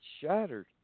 shattered